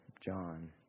John